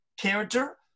character